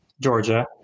Georgia